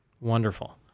Wonderful